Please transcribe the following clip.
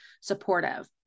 supportive